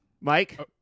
Mike